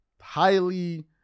highly